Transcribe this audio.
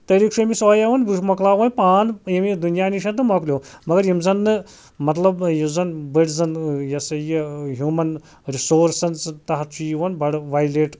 طریقہ چھُ أمِس وۄنۍ یِوان مۄکلاو وۄنۍ پان ییٚمی دُنیا نِش تہٕ مۄکلیو مگر یِم زَن نہٕ مَطلَب یُس زَن بٔڑۍ زَن یہِ ہَسا یہِ ہیوٗمَن رِسورسَن تحت چھُ یِوان بَڑٕ وایلیٹ